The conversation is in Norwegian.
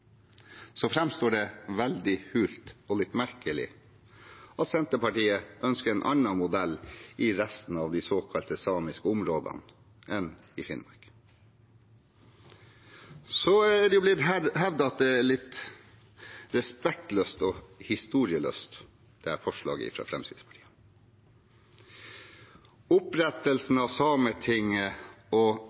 litt merkelig at Senterpartiet ønsker en annen modell i resten av de såkalt samiske områdene enn i Finnmark. Så er det blitt hevdet at det er litt respektløst og historieløst, dette forslaget fra Fremskrittspartiet. Opprettelsen av Sametinget og